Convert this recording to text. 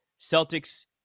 Celtics